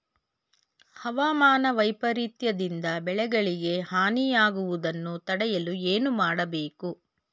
ಹವಾಮಾನ ವೈಪರಿತ್ಯ ದಿಂದ ಬೆಳೆಗಳಿಗೆ ಹಾನಿ ಯಾಗುವುದನ್ನು ತಡೆಯಲು ಏನು ಮಾಡಬೇಕು?